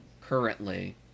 currently